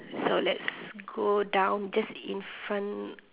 so let's go down just in front